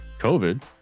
COVID